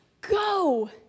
go